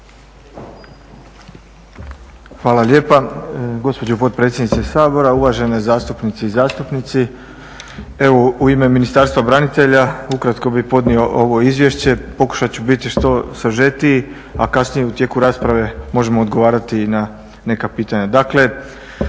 Hvala lijepa gospođo potpredsjednice Sabora, uvažene zastupnice i zastupnici. Evo u ime Ministarstva branitelja ukratko bih podnio ovo izvješće. Pokušat ću biti što sažetiji, a kasnije u tijeku rasprave možemo odgovarati i na neka pitanja.